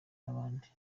nabandi